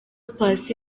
paccy